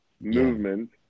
movement